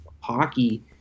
hockey